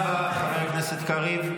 תודה רבה, חבר הכנסת קריב.